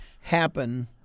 happen